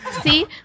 See